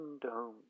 dome